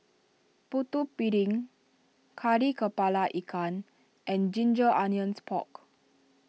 Putu Piring Kari Kepala Ikan and Ginger Onions Pork